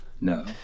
No